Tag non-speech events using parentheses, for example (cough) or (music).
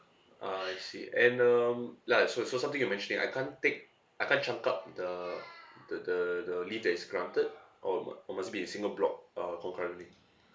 ah I see and um ya so so something you mentioning I can't take I can't chunk up the (noise) the the the leave that is granted or mu~ or must be a single block uh concurrently